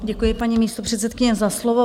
Děkuji, paní místopředsedkyně, za slovo.